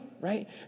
right